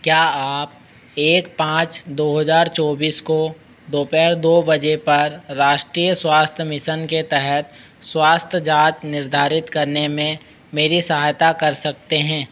क्या आप एक पाँच दो हज़ार चौबीस को दोपहर दो बजे पर राष्ट्रीय स्वास्थ्य मिसन के तहत स्वास्थ्य जाँच निर्धारित करने में मेरी सहायता कर सकते हैं